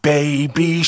Baby